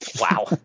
Wow